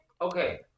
Okay